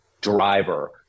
driver